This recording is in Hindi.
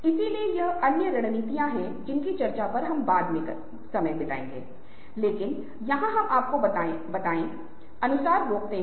इसलिए यह एक बहुत ही महत्वपूर्ण है और हम आशा करते हैं कि आप हमारे साथ अध्ययन करेंगे